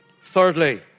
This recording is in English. Thirdly